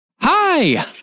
Hi